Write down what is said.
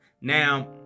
Now